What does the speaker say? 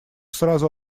сразу